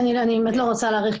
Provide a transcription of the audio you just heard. אני לא אאריך.